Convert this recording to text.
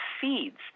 seeds